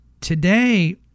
today